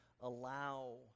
allow